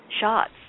shots